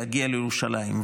להגיע לירושלים.